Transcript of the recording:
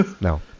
no